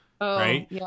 Right